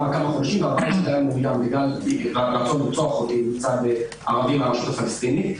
כמה חודשים בגלל רצון לרצוח אותי מצד ערבים מהרשות הפלסטינית.